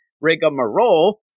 rigmarole